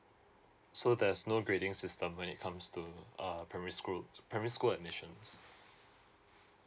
so there's no grading system when it comes to uh primary school primary school admissions